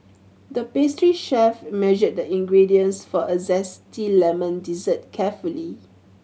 the pastry chef measured the ingredients for a zesty lemon dessert carefully